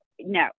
no